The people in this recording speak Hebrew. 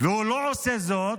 והוא לא עושה זאת,